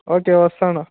okay వస్తాను